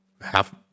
half